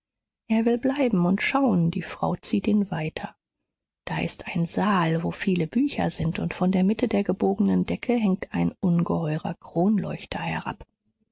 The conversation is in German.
er will bleiben und schauen die frau zieht ihn weiter da ist ein saal wo viele bücher sind und von der mitte der gebogenen decke hängt ein ungeheurer kronleuchter herab